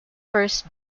first